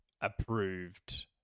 approved